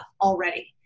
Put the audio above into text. already